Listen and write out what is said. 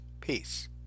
Peace